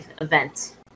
event